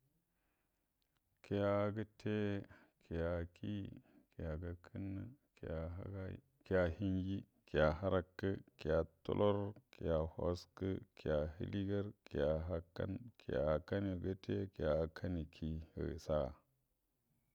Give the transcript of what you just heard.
Kiəa gəte, kiəa kiyi, kiəa gəakənnə, kiəa həgəy, kiəa hənjie, kiəa həarəkə, kiəa tuəlor, kiəa wəaskə, kiəa həliegəar, kiəa həakan, kiəa həakanuə kəte, kiəa həakanuə kiyi, hə saga.